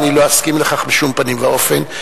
ואני לא אסכים לכך בשום פנים ואופן.